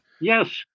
Yes